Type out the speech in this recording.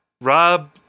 rob